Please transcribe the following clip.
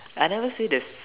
I never say there's